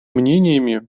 мнениями